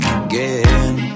again